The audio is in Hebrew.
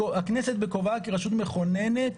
הכנסת בכובעה כרשות מכוננת,